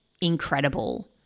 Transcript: incredible